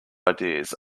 ideas